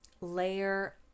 layer